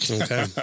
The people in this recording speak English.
Okay